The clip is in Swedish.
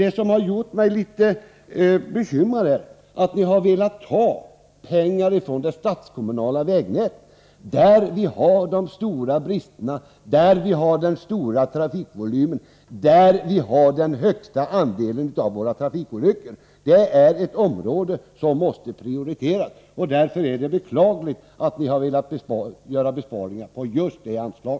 Det som har gjort mig litet bekymrad är att ni har velat ta pengar från det statskommunala vägnätet, där vi har de stora bristerna, den stora trafikvolymen och den högsta andelen av våra trafikolyckor. Detta är ett område som måste prioriteras, och därför är det beklagligt att ni har velat göra besparingar på just detta anslag.